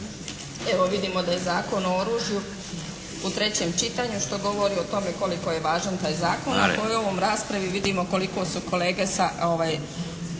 Evo vidimo da je Zakon o oružju u trećem čitanju, što govori o tome koliko je važan taj zakon. … /Govornica se ne razumije./ … raspravi vidimo koliko su kolege sa